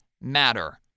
matter